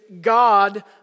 God